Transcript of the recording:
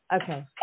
Okay